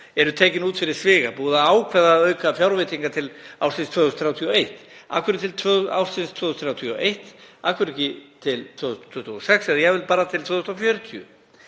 eru tekin út fyrir sviga, búið að ákveða að auka fjárveitingar til ársins 2031? Af hverju til ársins 2031? Af hverju ekki til 2026 eða jafnvel bara til 2040?